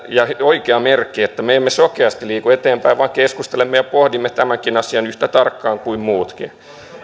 ja oikea merkki että me emme sokeasti liiku eteenpäin vaan keskustelemme ja pohdimme tämänkin asian yhtä tarkkaan kuin muutkin